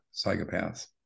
psychopaths